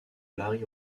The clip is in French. larry